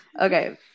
Okay